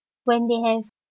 when they have